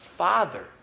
father